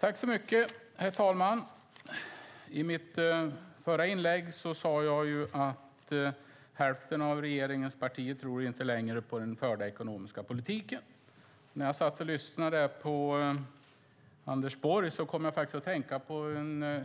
Herr talman! I mitt förra inlägg sade jag att hälften av regeringens partier inte längre tror på den förda ekonomiska politiken. När jag satt och lyssnade på Anders Borg kom jag faktiskt att tänka på en